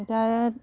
दा